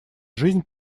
жизнь